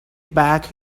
back